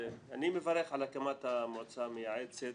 אני מברך על הקמת המועצה המייעצת